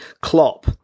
Klopp